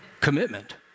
commitment